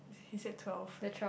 he said twelve